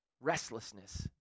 restlessness